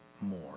more